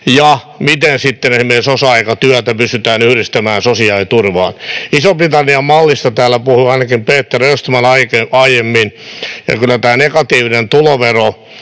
se, miten sitten esimerkiksi osa-aikatyötä pystytään yhdistämään sosiaaliturvaan. Ison-Britannian mallista täällä puhui ainakin Peter Östman aiemmin, ja kyllä tämä negatiivinen tulovero,